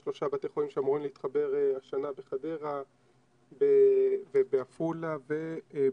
יש שלושה בתי חולים שאמורים להתחבר השנה בחדרה ובעפולה ובצפת